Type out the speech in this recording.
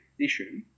issue